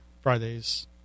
Fridays